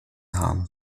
haben